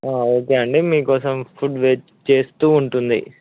okay అండి మీకోసం food wait చేస్తూ ఉంటుంది